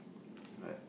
alright